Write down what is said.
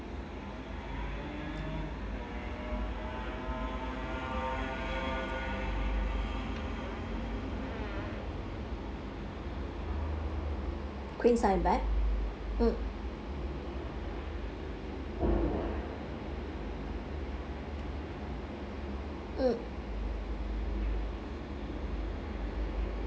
queen sized bed mm mm